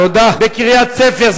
בקריית-ספר,